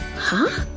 huh?